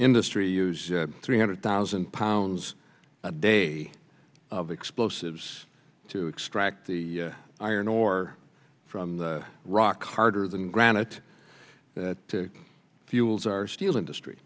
industry uses three hundred thousand pounds a day of explosives to extract the iron ore from rock harder than granite that fuels our steel industry